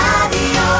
Radio